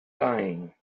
dying